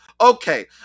Okay